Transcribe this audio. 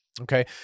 Okay